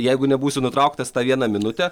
jeigu nebūsiu nutrauktas tą vieną minutę